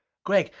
gregg,